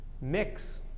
mix